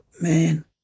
man